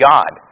God